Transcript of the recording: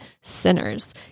sinners